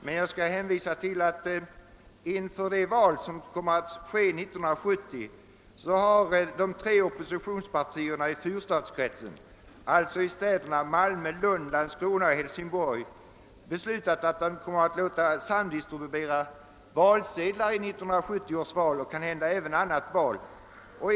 Men jag vill hänvisa till att de tre oppositionspartierna i fyrstadskretsen — Malmö, Lund, Landskrona och Hälsingborg — beslutat att inför det val som kommer att äga rum 1970 låta samdistribuera valsedlar.